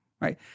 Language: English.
right